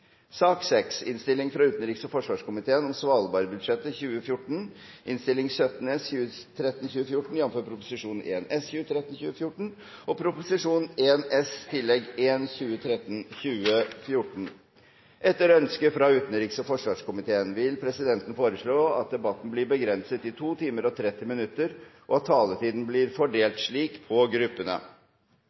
sak nr. 7. Etter ønske fra helse- og omsorgskomiteen vil presidenten foreslå at debatten blir begrenset til 2 timer, og at taletiden blir fordelt slik på gruppene: